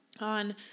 on